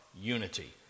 unity